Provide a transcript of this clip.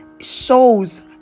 shows